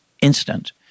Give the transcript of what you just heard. instant